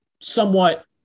somewhat